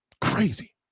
crazy